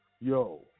Yo